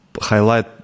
highlight